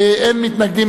אין מתנגדים,